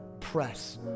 press